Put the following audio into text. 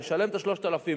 לשלם את ה-3,000,